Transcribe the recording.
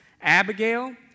Abigail